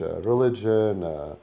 religion